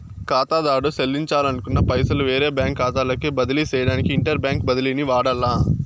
కాతాదారుడు సెల్లించాలనుకున్న పైసలు వేరే బ్యాంకు కాతాలోకి బదిలీ సేయడానికి ఇంటర్ బ్యాంకు బదిలీని వాడాల్ల